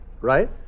Right